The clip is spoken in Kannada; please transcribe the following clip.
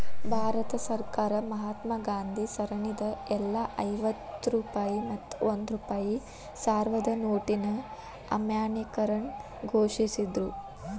ಭಾರತ ಸರ್ಕಾರ ಮಹಾತ್ಮಾ ಗಾಂಧಿ ಸರಣಿದ್ ಎಲ್ಲಾ ಐವತ್ತ ರೂ ಮತ್ತ ಒಂದ್ ರೂ ಸಾವ್ರದ್ ನೋಟಿನ್ ಅಮಾನ್ಯೇಕರಣ ಘೋಷಿಸಿದ್ರು